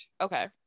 Okay